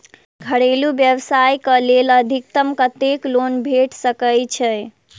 घरेलू व्यवसाय कऽ लेल अधिकतम कत्तेक लोन भेट सकय छई?